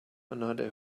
another